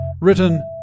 Written